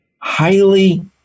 highly